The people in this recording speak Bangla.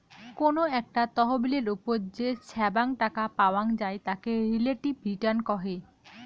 কোনো একটা তহবিলের ওপর যে ছাব্যাং টাকা পাওয়াং যাই তাকে রিলেটিভ রিটার্ন কহে